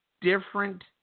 different